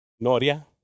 Noria